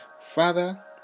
Father